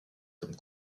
comme